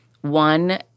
one